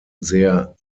sehr